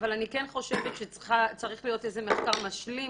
אבל אני כן חושבת שצריך להיות איזה מחקר משלים,